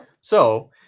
So-